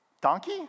donkey